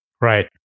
Right